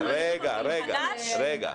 דויד,